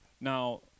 Now